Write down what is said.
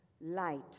light